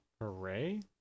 Hooray